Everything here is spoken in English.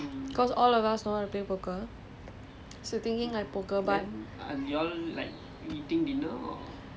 err game முடிந்த பிறகு:mudintha piraku we were thinking like err poker lah cause all of us know how to play poker